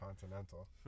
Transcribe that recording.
Continental